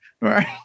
Right